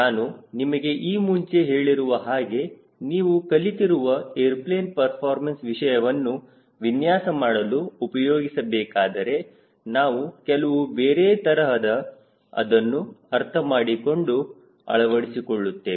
ನಾನು ನಿಮಗೆ ಈ ಮುಂಚೆ ಹೇಳಿರುವ ಹಾಗೆ ನೀವು ಕಲೆತಿರುವ ಏರ್ಪ್ಲೇನ್ ಪರ್ಫಾರ್ಮೆನ್ಸ್ ವಿಷಯವನ್ನು ವಿನ್ಯಾಸ ಮಾಡಲು ಉಪಯೋಗಿಸಬೇಕಾದರೆ ನಾವು ಕೆಲವು ಬೇರೆ ತರಹದಲ್ಲಿ ಅದನ್ನು ಅರ್ಥಮಾಡಿಕೊಂಡು ಅಳವಡಿಸಿಕೊಳ್ಳುತ್ತೇವೆ